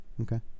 Okay